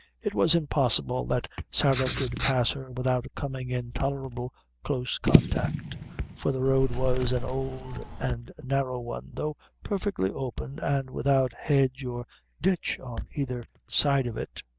it was impossible that sarah could pass her, without coming in tolerable close contact for the road was an old and narrow one, though perfectly open and without hedge or ditch on either side of it.